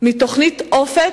מתוכנית "אופק",